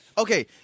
Okay